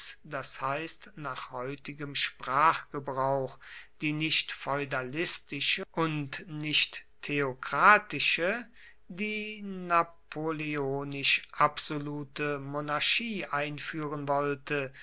das heißt nach heutigem sprachgebrauch die nicht feudalistische und nicht theokratische die napoleonisch absolute monarchie einführen wollte